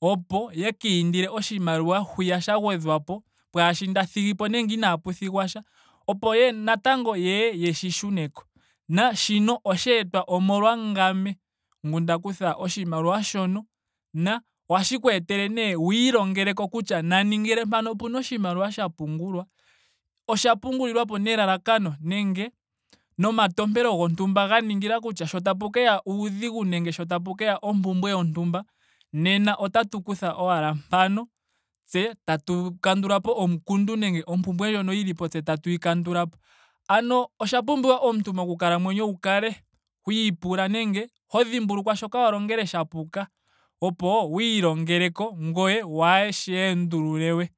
opo yaka indile oshimaliwa hwiya sha gwedhwapo pwaashi nda thigipo nenge inaandi thigapo sha opo natango yeye yeshi shuneko. Naashino osheetwa omolwa ngame ngu nda kutha oshimaliwa shono. na ohashi ku etele nee wiilongeleko kutya nani ngele mpano opena oshimaliwa sha pungulwa. osha pungulilwapo nelalakano nenge nomatompelo gontumba ga ningila kutya sho tapu keya uudhigu nenge sho tape keya ompumbwe yontumba nena otatu kutha owala mpano. tse tatu kandulapo omukundu nenge ompumbwe ndjo yilipo tse tatuyi kandulapo. Ano osha pumbiwa omuntu moku kalamwenyo wu kale ho ipula nenge hi dhimbulukwa shoka wa longele sha puka opo wiilongeleko. ngweye waashi endululewe.